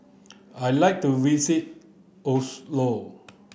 I like to visit Oslo